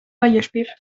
vallespir